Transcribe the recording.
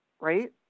right